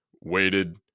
waited